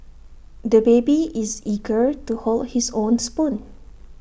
the baby is eager to hold his own spoon